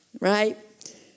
Right